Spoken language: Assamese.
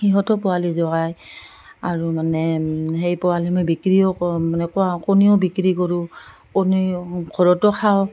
সিহঁতো পোৱালি জগায় আৰু মানে সেই পোৱালি মই বিক্ৰীও মানে ক কণীও বিক্ৰী কৰোঁ কণী ঘৰতো খাওঁ